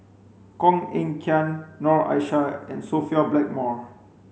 Koh Eng Kian Noor Aishah and Sophia Blackmore